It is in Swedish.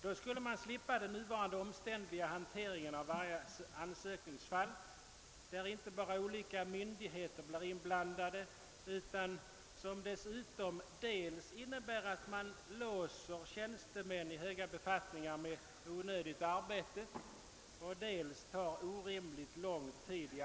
Då skulle man slippa den nuvarande omständliga hanteringen av varje ansökningsfall, där inte bara olika myndigheter blir inblandade, utan som dessutom tar orimligt lång tid i anspråk och även innebär att tjänstemän i höga befattningar låses med onödigt arbete.